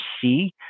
see